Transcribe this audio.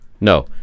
No